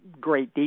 great